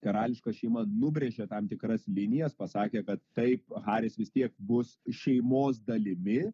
karališka šeima nubrėžė tam tikras linijas pasakė kad taip haris vis tiek bus šeimos dalimi